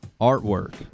artwork